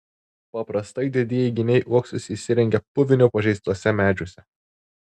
paprastai didieji geniai uoksus įsirengia puvinio pažeistuose medžiuose